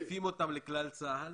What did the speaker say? מעיפים אותם לכלל צה"ל